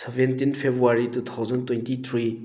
seventeen February two thousand twenty three